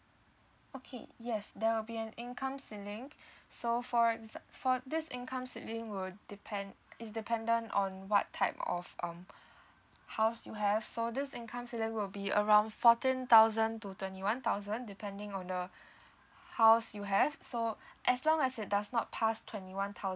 okay yes there will be an income ceiling so for for this income ceilng will depend is dependent on what type of um house you have so this income ceiling will be around fourteen thousand to twenty one thousand depending on the house you have so as long as it does not past twenty one thousand